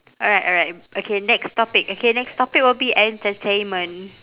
alright alright okay next topic okay next topic will be entertainment